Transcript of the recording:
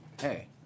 hey